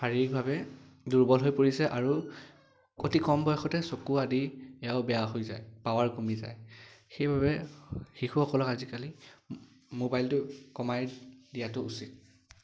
শাৰীৰিকভাৱে দুৰ্বল হৈ পৰিছে আৰু অতি কম বয়সতে চকু আদি সেয়াও বেয়া হৈ যায় পাৱাৰ কমি যায় সেইবাবে শিশুসকলক আজিকালি মোবাইলটো কমাই দিয়াটো উচিত